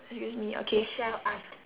excuse me okay